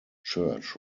church